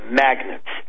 magnets